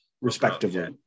respectively